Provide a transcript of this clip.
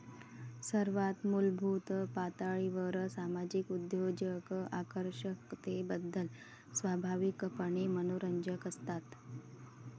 सर्वात मूलभूत पातळीवर सामाजिक उद्योजक आकर्षकतेबद्दल स्वाभाविकपणे मनोरंजक असतात